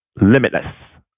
Limitless